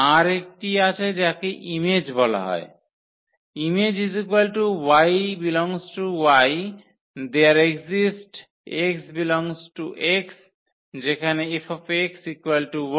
আর একটি আছে যাকে ইমেজ বলা হয় Im y∈Y there exist x∈X যেখানে 𝐹 y